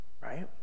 Right